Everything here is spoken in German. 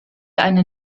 eine